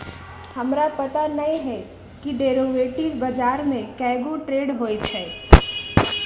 हमरा पता न हए कि डेरिवेटिव बजार में कै गो ट्रेड होई छई